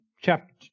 chapter